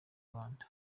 rwanda